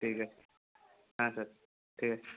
ঠিক আছে ঠিক আছে